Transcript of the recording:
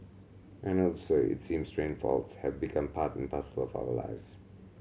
and also it seems train faults have become part and parcel of our lives